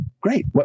great